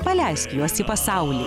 paleisk juos į pasaulį